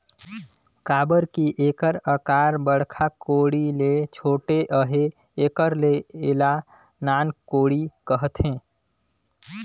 काबर कि एकर अकार बड़खा कोड़ी ले छोटे अहे तेकर ले एला नान कोड़ी कहथे